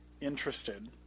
interested